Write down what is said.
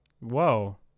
Whoa